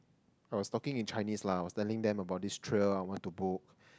I was talking in Chinese lah I was telling them about this trail I want to book